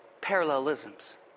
parallelisms